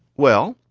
well,